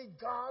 God